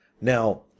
Now